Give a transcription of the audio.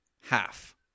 half